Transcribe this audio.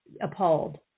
appalled